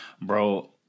Bro